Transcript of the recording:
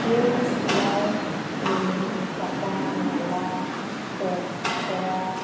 সেই চিলাই কটা মেলা কৰা